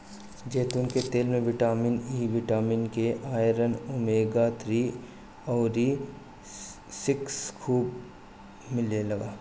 जैतून के तेल में vitamin E, vitamin K, iron, omega three अउरी सिक्स खूब मिलेला